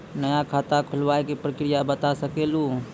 नया खाता खुलवाए के प्रक्रिया बता सके लू?